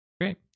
Great